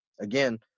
again